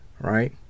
right